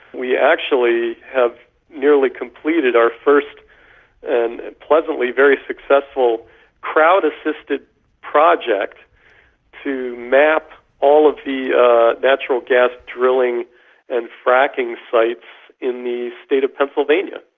we actually have nearly completed our first and pleasantly very successful crowd assisted project to map all of the natural gas drilling and fracking sites in the state of pennsylvania.